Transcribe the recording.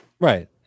Right